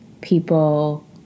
people